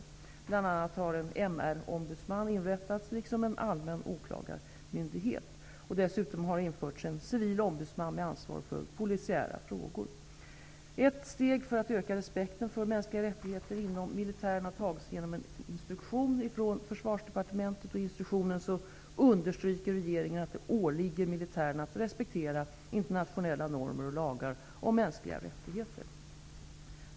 Man har bl.a. inrättat en MR-ombudsman, liksom en allmän åklagarmyndighet. Dessutom har det införts en civil ombudsman med ansvar för polisiära frågor. Ett steg för att öka respekten för mänskliga rättigheter inom militären har tagits genom en instruktion från försvarsdepartementet. I instruktionen understryker regeringen att det åligger militären att respektera internationella normer och lagar om mänskliga rättigheter.